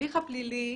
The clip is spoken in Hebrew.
ההליך פלילי,